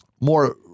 more